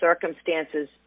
circumstances